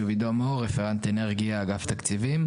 שמי עידו מור, רפרנט אנרגיה, אגף תקציבים.